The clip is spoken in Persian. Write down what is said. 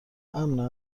امن